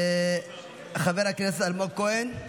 חבר הכנסת אלמוג כהן,